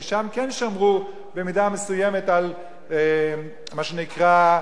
כי שם כן שמרו במידה מסוימת על מה שנקרא,